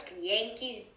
Yankees